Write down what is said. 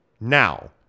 now